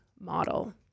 model